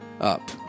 up